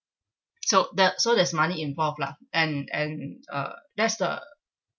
so there so there's money involved lah and and uh that's the